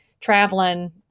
traveling